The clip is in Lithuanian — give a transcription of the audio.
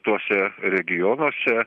tuose regionuose